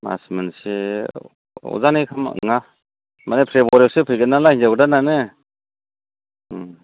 मास मोनसे अरजानाय नङा माने फेब्रुआरिआवसो फैगोन नालाय हिन्जाव गोदानानो